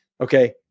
Okay